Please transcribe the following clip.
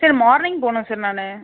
sir morning போகணும் sir நான்